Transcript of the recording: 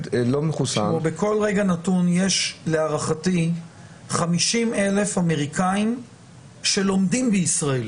לא מחוסן -- בכל רגע נתון יש להערכתי 50,000 אמריקאים שלומדים בישראל